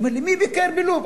אתה אומר לי: מי ביקר בלוב?